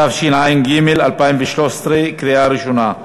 התשע"ג 2013, בקריאה ראשונה.